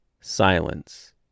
Silence